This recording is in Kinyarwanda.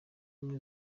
ubumwe